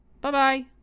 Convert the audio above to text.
Bye-bye